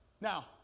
Now